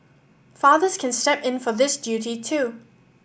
fathers can step in for this duty too